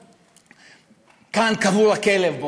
וכאן קבור הכלב,